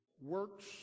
works